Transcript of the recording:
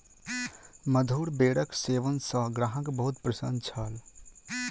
मधुर बेरक सेवन सॅ ग्राहक बहुत प्रसन्न छल